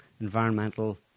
Environmental